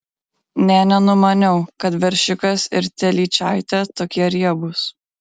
nė nenumaniau kad veršiukas ir telyčaitė tokie riebūs